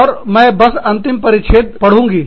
और मैं बस अंतिम परिच्छेद पढ़ूंगी